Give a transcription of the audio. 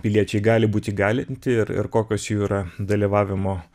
piliečiai gali būt įgalinti ir ir kokios jų yra dalyvavimo